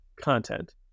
content